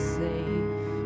safe